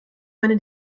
meine